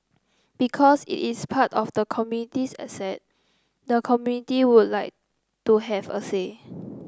because it is part of the community's asset the community would like to have a say